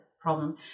problem